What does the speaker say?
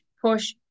push